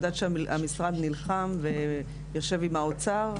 המשרד נלחם ויושב עם האוצר,